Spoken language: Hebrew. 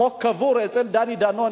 החוק קבור אצל דני דנון,